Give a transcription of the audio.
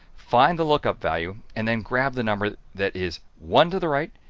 find the lookup value, and then grab the number that is one to the right,